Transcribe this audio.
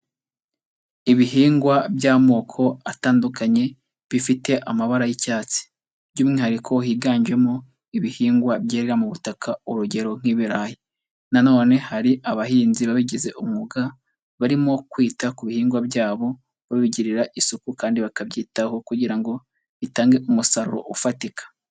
Ibihingwa by'amoko atandukanye bifite amabara y'icyatsi, by'umwihariko higanjemo ibihingwa byerera mu butaka urugero nk'ibirayi na none hari abahinzi babigize umwuga barimo kwita ku bihingwa byabo babigirira isuku kandi bakabyitaho kugira ngo bitange umusaruro ufatika.